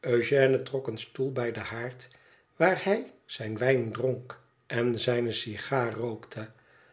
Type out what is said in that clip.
eugène trok een stoel bij den haard waar hij zijn wijn dronk en zijne sigaar rookte